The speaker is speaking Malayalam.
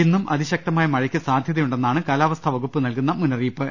ഇന്നും അതി ശക്ത മായ മഴയ്ക്ക് സാധൃതയുണ്ടെന്നാണ് കാലാവസ്ഥാ വകുപ്പ് നൽകുന്ന മുന്നറിയിപ്പ്